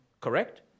Correct